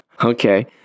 Okay